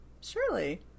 Surely